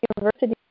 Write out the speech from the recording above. university